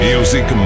Music